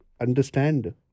understand